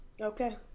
Okay